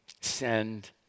Send